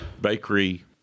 bakery